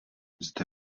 zde